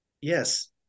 yes